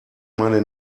meine